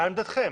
מה עמדתכם?